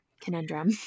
conundrum